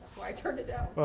why i turned it down. oh.